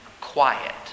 quiet